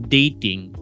dating